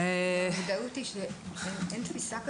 ילד שנכנס למים,